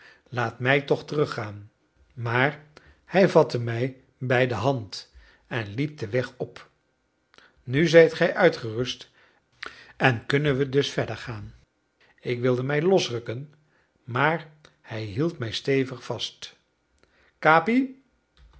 laat mij toch teruggaan maar hij vatte mij bij de hand en liep den weg op nu zijt gij uitgerust en kunnen we dus verder gaan ik wilde mij losrukken maar hij hield mij stevig vast